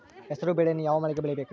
ಹೆಸರುಬೇಳೆಯನ್ನು ಯಾವ ಮಳೆಗೆ ಬೆಳಿಬೇಕ್ರಿ?